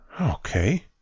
Okay